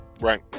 right